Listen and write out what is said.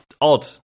odd